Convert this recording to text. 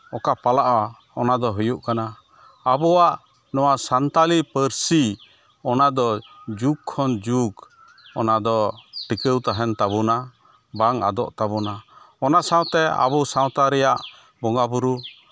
ᱚᱨᱠᱟ ᱯᱟᱲᱟᱜᱼᱟ ᱚᱱᱟ ᱫᱚ ᱦᱩᱭᱩᱜ ᱠᱟᱱᱟ ᱟᱵᱚᱣᱟᱜ ᱱᱚᱣᱟ ᱥᱟᱱᱛᱟᱞᱤ ᱯᱟᱹᱨᱥᱤ ᱚᱱᱟᱫᱚ ᱡᱩᱜᱽ ᱠᱷᱚᱱ ᱡᱩᱜᱽ ᱚᱱᱟᱫᱚ ᱴᱤᱠᱟᱹᱣ ᱛᱟᱦᱮᱱ ᱛᱟᱵᱚᱱᱟ ᱵᱟᱝ ᱟᱫᱚᱜ ᱛᱟᱵᱚᱱᱟ ᱚᱱᱟ ᱥᱟᱶᱛᱮ ᱟᱵᱚ ᱥᱟᱶᱛᱟ ᱨᱮᱭᱟᱜ ᱵᱚᱸᱜᱟ ᱵᱩᱨᱩ